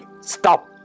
Stop